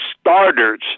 starters